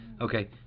Okay